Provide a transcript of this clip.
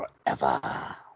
forever